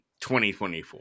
2024